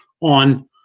on